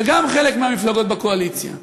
וגם חלק מהמפלגות בקואליציה,